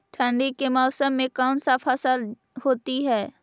ठंडी के मौसम में कौन सा फसल होती है?